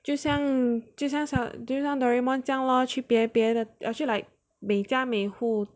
就像就像小就像 Doraemon 这样 lor 去别别的 actually like 每家每户